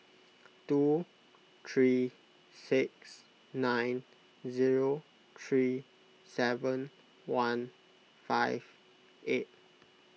two three six nine zero three seven one five eight